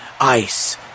ice